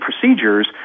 procedures